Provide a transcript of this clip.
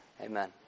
Amen